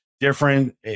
Different